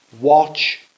watch